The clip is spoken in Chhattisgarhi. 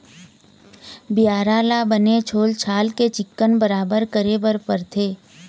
बियारा ल बने छोल छाल के चिक्कन बराबर करे बर परथे